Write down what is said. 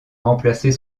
remplacer